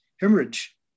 hemorrhage